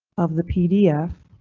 of the pdf.